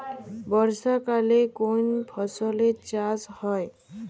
বর্ষাকালে কোন ফসলের চাষ হয়?